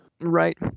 Right